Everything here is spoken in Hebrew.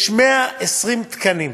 יש 120 תקנים,